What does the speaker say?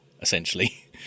essentially